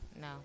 No